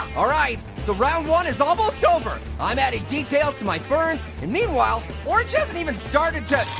ah right, so round one is almost over. i'm adding details to my ferns, and meanwhile, orange hasn't even started